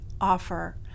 offer